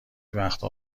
وقتها